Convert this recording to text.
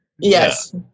Yes